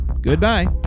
goodbye